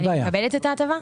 אני מקבלת את ההטבה?